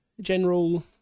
general